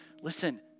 Listen